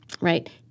right